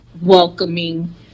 welcoming